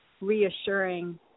reassuring